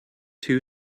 too